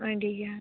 ᱟᱹᱰᱤ ᱜᱟᱱ